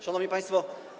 Szanowni Państwo!